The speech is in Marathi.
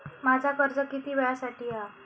माझा कर्ज किती वेळासाठी हा?